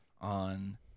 on